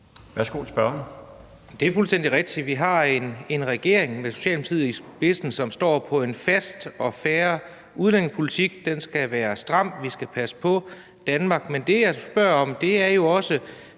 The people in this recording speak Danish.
Kronborg (S): Det er fuldstændig rigtigt, at vi har en regering med Socialdemokratiet i spidsen, som står på en fast og fair udlændingepolitik. Den skal være stram, for vi skal passe på Danmark. Men det, jeg spørger om, er jo også